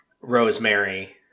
rosemary